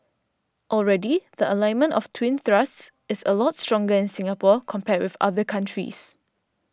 already the alignment of the twin thrusts is a lot stronger in Singapore compared with other countries